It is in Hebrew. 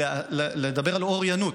לדבר על אוריינות.